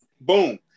boom